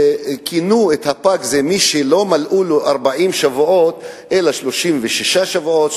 שכינו "פג" את מי שלא מלאו לו 40 שבועות אלא 36 38 שבועות,